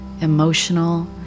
emotional